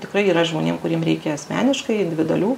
tikrai yra žmonėm kuriem reikia asmeniškai individualių